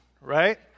right